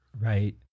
Right